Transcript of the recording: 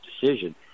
decision